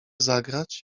zagrać